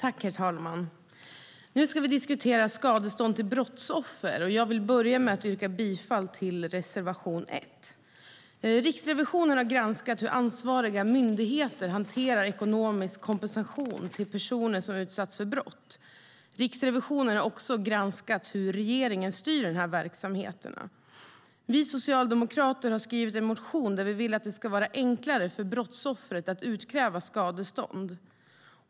Herr talman! Nu ska vi diskutera skadestånd till brottsoffer. Jag börjar med att yrka bifall till reservation 1. Riksrevisionen har granskat hur ansvariga myndigheter hanterar ekonomisk kompensation till personer som har utsatts för brott. Riksrevisionen har också granskat hur regeringen styr dessa verksamheter. Vi socialdemokrater har skrivit en motion där vi vill att det ska vara enklare för brottsoffret att utkräva skadestånd.